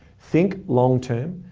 think long-term.